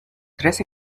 trece